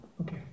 okay